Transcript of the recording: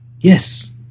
yes